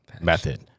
method